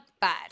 bad